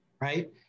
right